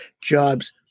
jobs